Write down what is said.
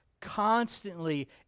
constantly